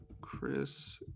Chris